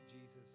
Jesus